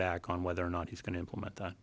back on whether or not he's going to implement